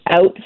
out